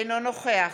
אינו נוכח